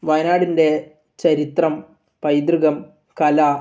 വായനാടിൻ്റെ ചരിത്രം പൈതൃകം കല